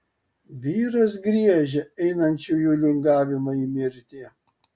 vyras griežia einančiųjų lingavimą į mirtį